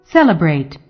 Celebrate